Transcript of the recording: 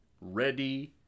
Ready